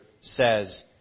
says